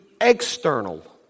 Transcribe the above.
external